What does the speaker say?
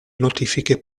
notifiche